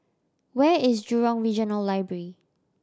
where is Jurong Regional Library